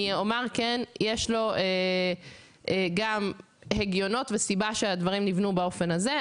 אני כן אומר שיש לו גם הגיונות ויש סיבה שהדברים נבנו באופן הזה.